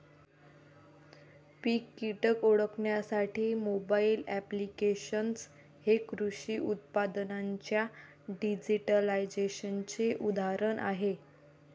पीक कीटक ओळखण्यासाठी mobile applications हे कृषी उत्पादनांच्या डिजिटलायझेशनचे उदाहरण आहे